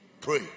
Pray